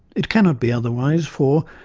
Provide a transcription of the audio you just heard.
it cannot be otherwise for,